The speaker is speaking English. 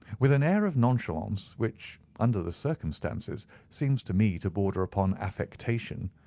with an air of nonchalance which, under the circumstances, seemed to me to border upon affectation,